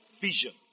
vision